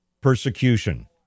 persecution